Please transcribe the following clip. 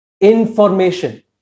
information